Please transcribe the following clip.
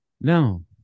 No